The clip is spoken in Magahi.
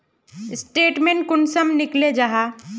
स्टेटमेंट कुंसम निकले जाहा?